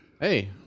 Hey